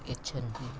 यच्छन्ति